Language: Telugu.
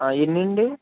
ఎన్ని అండి